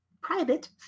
private